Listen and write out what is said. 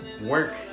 work